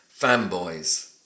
Fanboys